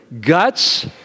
Guts